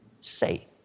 say